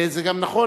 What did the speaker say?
גם זה נכון,